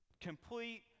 complete